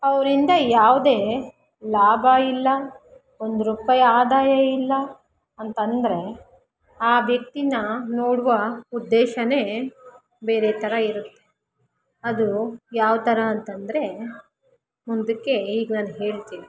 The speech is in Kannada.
ಅವರಿಂದ ಯಾವುದೇ ಲಾಭ ಇಲ್ಲ ಒಂದು ರೂಪಾಯಿ ಆದಾಯ ಇಲ್ಲ ಅಂತೆಂದ್ರೆ ಆ ವ್ಯಕ್ತಿನ ನೋಡುವ ಉದ್ದೇಶವೇ ಬೇರೆ ಥರ ಇರುತ್ತೆ ಅದು ಯಾವ ಥರ ಅಂತಂದರೆ ಮುಂದಕ್ಕೆ ಈಗ ನಾನು ಹೇಳ್ತೀನಿ